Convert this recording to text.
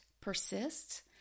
persists